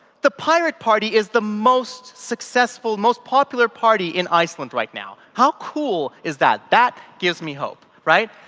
the pirate party is the most successful, most popular party in iceland right now. how cool is that. that gives me hope, right?